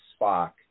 Spock